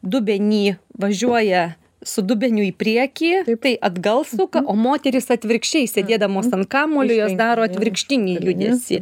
dubenį važiuoja su dubeniu į priekį tai atgal suka o moterys atvirkščiai sėdėdamos ant kamuolio jos daro atvirkštinį judesį